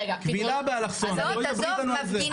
כבילה באלכסון, בואי דברי איתנו על זה.